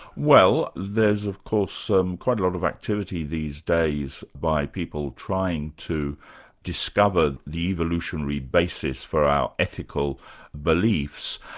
well there's of course um quite a lot of activity these days by people trying to discover the evolutionary basis for our ethical beliefs,